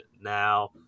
now